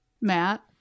Matt